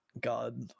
God